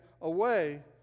away